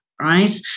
right